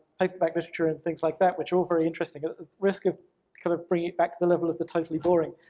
paperback literature and things like that, which are all very interesting. at the risk of kind of bringing it back to the level of the totally boring,